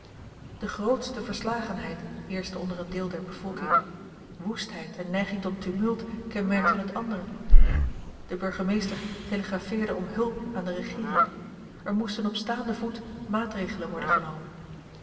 de grootste verslagenheid heerschte onder een deel der bevolking woestheid en neiging tot tumult kenmerkten het andere de burgemeester telegrafeerde om hulp aan de regeering er moesten op staanden voet maatregelen worden genomen